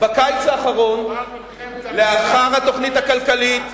בקיץ האחרון, לאחר התוכנית הכלכלית,